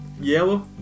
Yellow